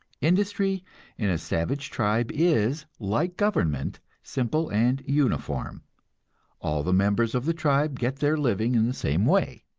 industry in a savage tribe is, like government, simple and uniform all the members of the tribe get their living in the same way.